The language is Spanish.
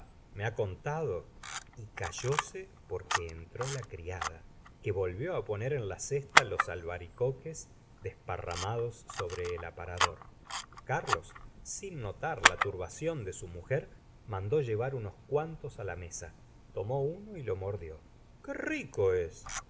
me ha contado y callóse por que entró la criada que volvió á poner en la cest los albaricoques desparramados sobre el aparador carlos sin notar la turbación de su mujer mandó llevur unos cuantos á la mesa tomó uno y lo mordió qué rico es